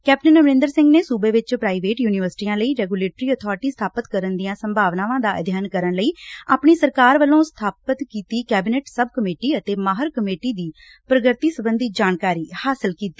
captain Amarinder Singh ਨੇ ਸੁਬੇ ਵਿੱਚ ਪ੍ਰਾਈਵੇਟ ਯੁਨੀਵਰਸਿਟੀਆਂ ਲਈ ਰੈਗੁਲੇਟਰੀ ਅਬਾਰਟੀ ਸਬਾਪਤ ਕਰਨ ਦੀਆਂ ਸੰਭਵਨਾਵਾਂ ਦਾ ਅਧਿਐਨ ਕਰਨ ਲਈ ਆਪਣੀ ਸਰਕਾਰ ਵੱਲੋਂ ਸਬਾਪਤ ਕੀਤੀ ਕੈਬਨਿਟ ਸਬ ਕਮੇਟੀ ਅਤੇ ਮਾਹਿਰ ਕਮੇਟੀ ਦੀ ਪ੍ਰਗਡੀ ਸਬੰਧੀ ਜਾਣਕਾਰੀ ਹਾਸਲ ਕੀਡੀ